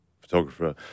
photographer